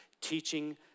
teaching